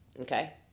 Okay